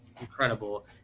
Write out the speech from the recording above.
incredible